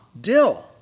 dill